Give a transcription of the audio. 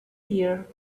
here